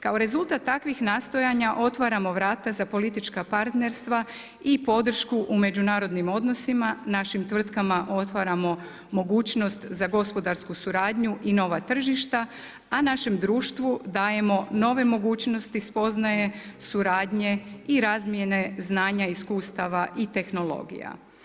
Kao rezultat takvih nastojanja otvaramo vrata za politička partnerstva i podršku u međunarodnim odnosima, našim tvrtkama otvaramo mogućnost za gospodarsku suradnju i nova tržišta a našem društvu dajemo nove mogućnosti, spoznaje, suradnje i razmjene znanja i iskustava i tehnologija.